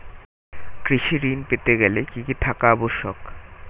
কৃষি ঋণ পেতে গেলে কি কি থাকা আবশ্যক?